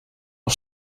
een